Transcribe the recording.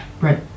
Right